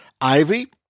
Ivy